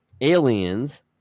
aliens